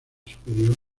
superior